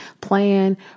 plan